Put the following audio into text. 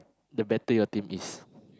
the better your team is